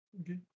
Okay